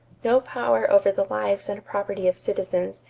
no power over the lives and property of citizens,